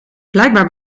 blijkbaar